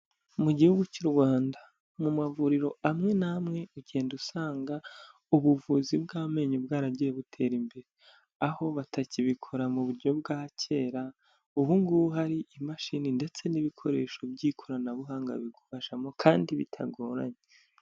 Mu gihugu cy'u Rwanda, mu mavuriro amwe n'amwe ugenda usanga ubuvuzi bw'amenyo bwaragiye butera imbere, aho batakibikora mu buryo bwa kera, ubu ngubu hari imashini ndetse n'ibikoresho by'ikoranabuhanga bigufashamo kandi bitagoranye.